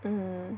mm